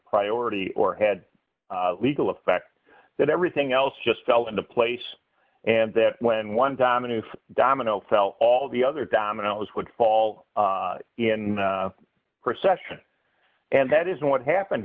priority or had legal effect that everything else just fell into place and that when one time a new domino fell all the other dominoes would fall in procession and that is what happened